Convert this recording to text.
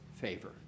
favor